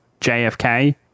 JFK